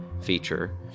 feature